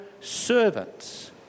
servants